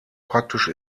praktisch